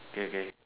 okay okay